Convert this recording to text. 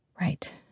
Right